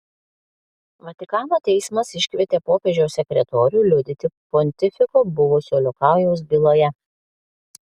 vatikano teismas iškvietė popiežiaus sekretorių liudyti pontifiko buvusio liokajaus byloje